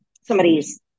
somebody's